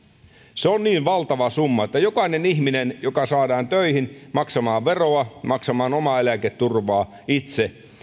se on niin valtava summa että jokainen ihminen joka saadaan töihin maksamaan veroa ja maksamaan omaa eläketurvaa itse